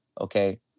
Okay